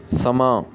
ਸਮਾਂ